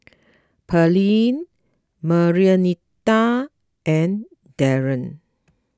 Pearline Marianita and Darren